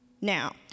Now